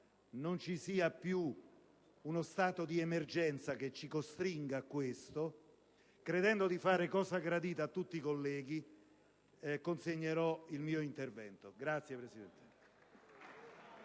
non ci sia più uno stato di emergenza che ci costringa a questo, e ritenendo di fare cosa gradita a tutti i colleghi, consegnerò il testo integrale del mio intervento.